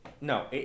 no